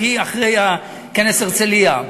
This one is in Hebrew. אחרי כנס הרצלייה,